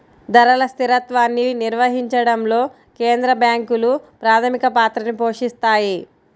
ధరల స్థిరత్వాన్ని నిర్వహించడంలో కేంద్ర బ్యాంకులు ప్రాథమిక పాత్రని పోషిత్తాయి